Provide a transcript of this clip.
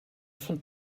von